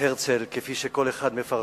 כפי שכל אחד מפרשן אותו.